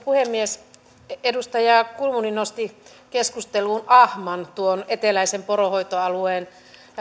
puhemies edustaja kulmuni nosti keskusteluun ahman tuon eteläisen poronhoitoalueen